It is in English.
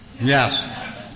Yes